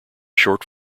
short